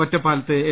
ഒറ്റപ്പാല ത്ത് എൽ